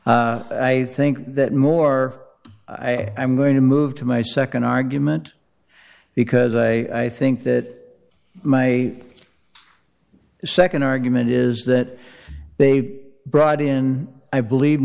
i think that more i'm going to move to my nd argument because i think that my second argument is that they brought in i believe